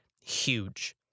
huge